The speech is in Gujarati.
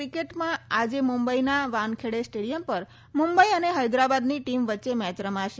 ક્રિકેટમાં આજે મુંબઈના વાનખેડે સ્ટેડીયમ પર મુંબઈ અને હેદરાબાદની ટીમ વચ્ચે મેચ રમાશે